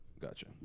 Gotcha